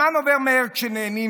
הזמן עובר מהר כשנהנים.